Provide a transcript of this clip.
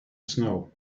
snow